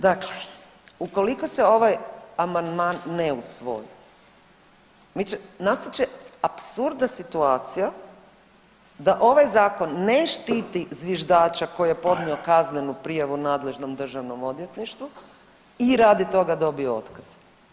Dakle, ukoliko se ovaj amandmane ne usvoji, nastat će apsurdna situacija da ovaj zakon ne štiti zviždača koji je podnio kaznenu prijavu nadležnom državnom odvjetništvu i radi toga dobio otkaz.